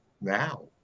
now